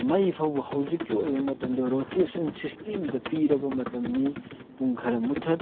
ꯃꯩ ꯐꯥꯎꯕ ꯍꯧꯖꯤꯛꯀꯤ ꯑꯣꯏꯔꯤꯕ ꯃꯇꯝꯗ ꯔꯣꯇꯦꯁꯟ ꯁꯤꯁꯇꯦꯝꯗ ꯄꯤꯔꯕ ꯃꯇꯃꯅꯤ ꯄꯨꯡ ꯈꯔ ꯃꯨꯊꯠ